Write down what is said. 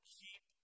keep